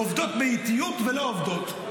עובדות באיטיות ולא עובדות,